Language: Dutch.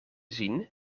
zien